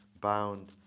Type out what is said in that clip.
bound